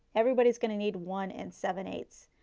everybody is going to need one and seven eight ths.